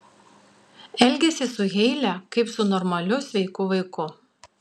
elgiasi su heile kaip su normaliu sveiku vaiku